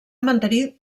mantenir